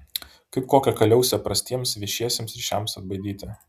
kaip kokią kaliausę prastiems viešiesiems ryšiams atbaidyti